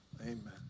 Amen